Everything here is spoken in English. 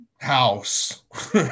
house